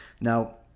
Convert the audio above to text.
Now